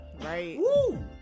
Right